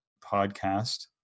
podcast